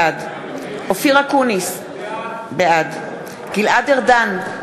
בעד אופיר אקוניס, בעד גלעד ארדן,